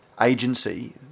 agency